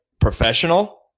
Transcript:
professional